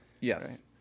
Yes